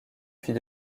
puis